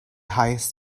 highest